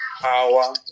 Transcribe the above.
power